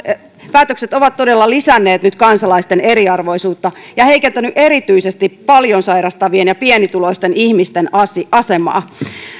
päätökset ovat todella lisänneet nyt kansalaisten eriarvoisuutta ja heikentäneet erityisesti paljon sairastavien ja pienituloisten ihmisten asemaa